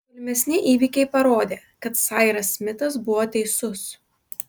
tolimesni įvykiai parodė kad sairas smitas buvo teisus